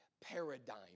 paradigm